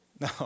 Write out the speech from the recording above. No